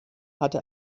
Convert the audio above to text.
hatte